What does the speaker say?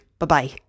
Bye-bye